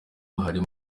uhari